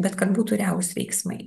bet kad būtų realūs veiksmai